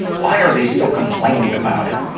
why are they still complaining about it!